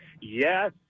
Yes